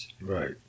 Right